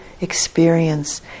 experience